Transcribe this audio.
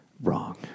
wrong